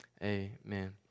Amen